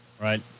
right